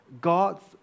God's